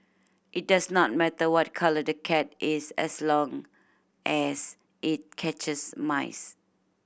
it does not matter what colour the cat is as long as it catches mice